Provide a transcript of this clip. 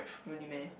really meh